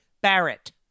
Barrett